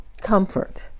comfort